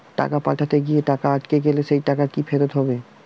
টাকা পাঠাতে গিয়ে টাকা আটকে গেলে সেই টাকা কি ফেরত হবে?